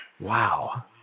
Wow